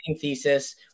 thesis